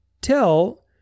tell